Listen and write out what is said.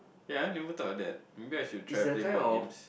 yea I never thought of that maybe I should try play board games